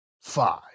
Five